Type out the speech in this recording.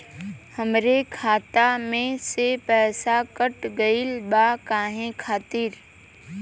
हमरे खाता में से पैसाकट गइल बा काहे खातिर?